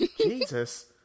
Jesus